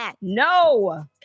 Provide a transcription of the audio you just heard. no